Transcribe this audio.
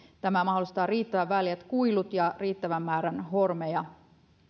tämä mahdollistaa riittävän väljät kuilut ja riittävän määrän hormeja